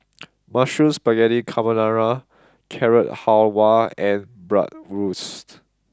Mushroom Spaghetti Carbonara Carrot Halwa and Bratwurst